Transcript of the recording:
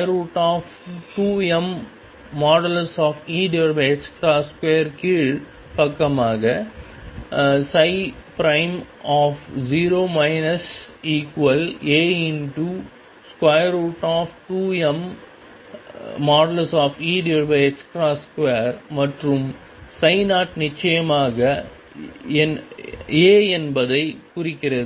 2 கீழ் பக்கமாக 0 A2mE2 மற்றும் ψ நிச்சயமாக A என்பதைக் குறிக்கிறது